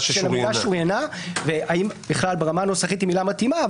שוריינה והאם ברמה הנוסחית היא מילה מתאימה,